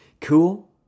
Cool